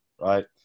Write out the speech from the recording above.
right